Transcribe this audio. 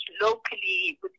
locally